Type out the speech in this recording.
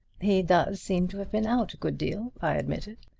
he does seem to have been out a good deal, i admitted.